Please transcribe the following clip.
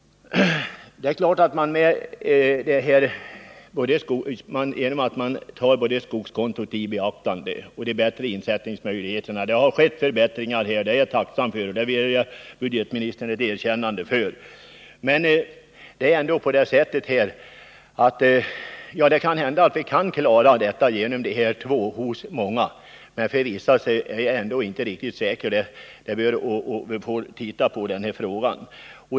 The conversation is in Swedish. Det är klart att om man tar skogskontot och de bättre insättningsmöjligheterna på investeringskonto i beaktande så måste man konstatera att det har skett förbättringar. Det är jag tacksam för, och det ger jag budgetministern ett erkännande för. Det kan hända att det för många skogsägare blir möjligt att klara följderna av katastrofen genom de här två förbättringarna, men för vissa andra är det inte säkert att det går. Vi får titta på den frågan.